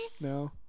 No